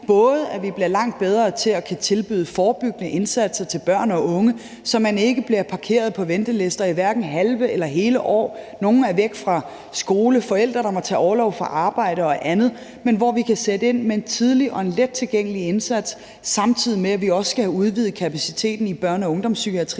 sikre, at vi bliver langt bedre til at kunne tilbyde forebyggende indsatser til børn og unge, så man ikke bliver parkeret på ventelister i halve eller hele år – nogle er væk fra skole, og der er forældre, der må tage orlov fra arbejde og andet – men at vi kan sætte ind med en tidlig og lettilgængelig indsats, samtidig med at vi også skal have udvidet kapaciteten i børne- og ungdomspsykiatrien,